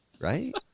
Right